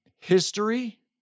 history